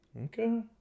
Okay